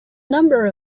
number